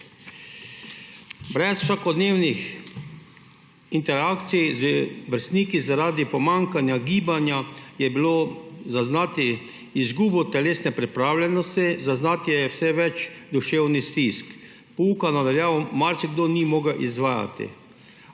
Brez vsakodnevnih interakcij z vrstniki je bilo zaradi pomanjkanja gibanja zaznati izgubo telesne pripravljenosti, zaznati je vse več duševnih stisk. Pouka na daljavo marsikdo ni mogel izvajati